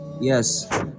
yes